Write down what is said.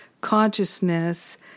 consciousness